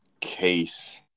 case